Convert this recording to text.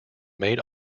made